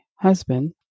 husband